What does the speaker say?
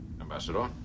Ambassador